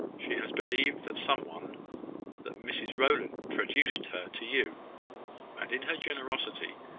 she has believed that some one that mrs rowland traduced her to you and in her generosity,